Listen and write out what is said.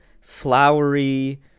flowery